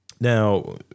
Now